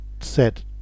set